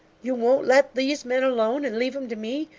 you won't let these men alone, and leave em to me?